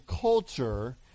culture